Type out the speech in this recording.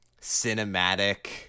cinematic